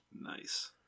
Nice